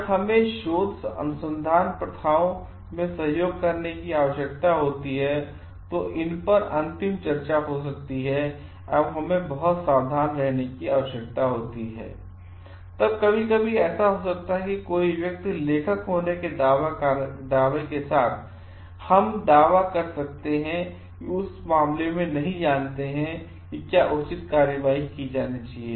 जब हमें शोध अनुसंधान प्रथाओं में सहयोग करने की आवश्यकता होती है तो इन पर अंतिम चर्चा हो सकती है एवं हमें बहुत सावधान रहने की आवश्यकता होती है तब कभी कभी ऐसा हो सकता है कि कोई व्यक्ति लेखक होने के दावे के साथ और हम दावा कर सके कि उस मामले में नहीं जानते हैं कि क्या उचित कार्रवाई की जानी चाहिए